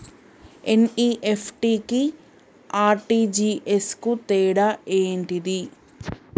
NEFT కి RTGS కు తేడా ఏంటిది?